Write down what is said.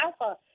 Alpha